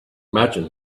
imagine